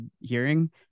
hearing